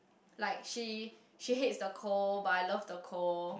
like she she hates the cold but I love the cold